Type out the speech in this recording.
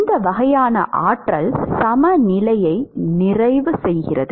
இந்த வகையான ஆற்றல் சமநிலையை நிறைவு செய்கிறது